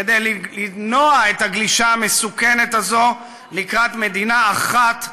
כדי למנוע את הגלישה המסוכנת הזאת לקראת מדינה אחת,